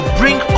bring